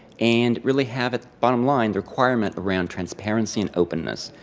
and really have it, bottom line, the requirement around transparency and openness.